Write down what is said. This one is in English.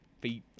feet